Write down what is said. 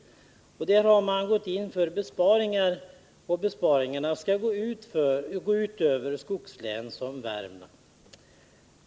Där har man gått in för besparingar, och de skall gå ut över skogslän som Värmland.